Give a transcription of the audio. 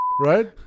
Right